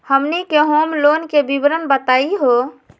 हमनी के home loan के विवरण बताही हो?